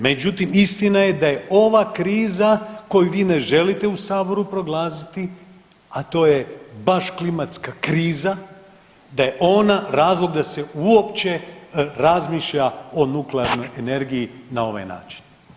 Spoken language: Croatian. Međutim, istina je da je ova kriza koju vi ne želite u saboru proglasiti, a to je baš klimatska kriza da je ona razlog da se uopće razmišlja o nuklearnog energiji na ovaj način.